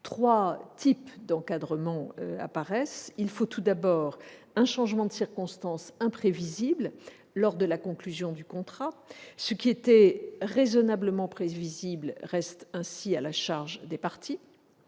Trois types d'encadrement apparaissent. Il faut tout d'abord un changement de circonstances, imprévisible lors de la conclusion du contrat, ce qui était raisonnablement prévisible restant ainsi à la charge des parties.